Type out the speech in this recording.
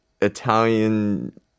Italian